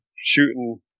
shooting